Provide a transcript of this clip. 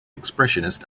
expressionist